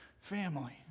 family